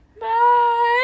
bye